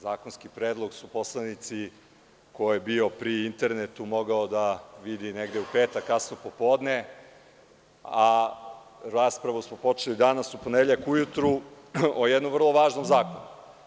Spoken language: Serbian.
Zakonski predlog su poslanici, ko je bio pri internetu, mogli da vide u petak kasno popodne, a raspravu smo počeli danas u ponedeljak ujutru o jednom vrlo važnom zakonu.